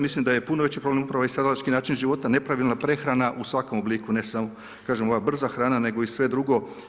Mislim da je puno veći problem upravo ovaj način života, nepravilna prehrana u svakom obliku, ne samo, kažem ova brza hrana, nego i sve drugo.